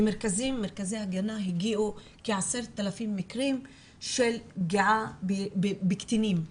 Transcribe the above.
למרכזי הגנה הגיעו כ-10,000 מקרים של פגיעה בקטינים.